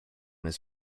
his